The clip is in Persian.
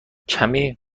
کمی